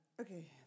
Okay